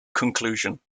conclusion